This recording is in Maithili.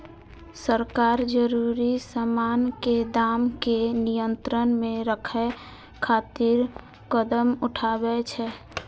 सरकार जरूरी सामान के दाम कें नियंत्रण मे राखै खातिर कदम उठाबै छै